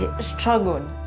struggled